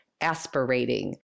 aspirating